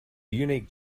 unique